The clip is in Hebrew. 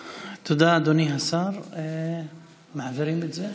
תודה, אדוני השר, מעבירים את זה?